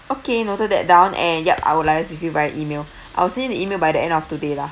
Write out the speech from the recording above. okay noted that down and yup I will liaise with you via email I will send you the email by the end of today lah